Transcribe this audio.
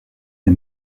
les